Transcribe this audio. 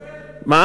ב"גוגל"?